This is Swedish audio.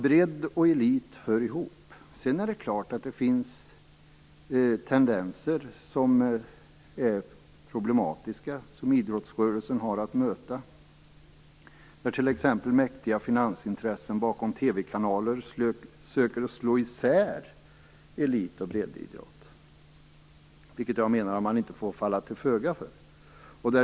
Bredd och elit hör alltså ihop, även om det är klart att det också finns problematiska tendenser som idrottsrörelsen har att möta. Mäktiga finansintressen bakom TV-kanaler försöker t.ex. slå isär elit och breddidrott, vilket jag menar att man inte får falla till föga för.